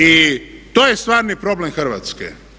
I to je stvarni problem Hrvatske.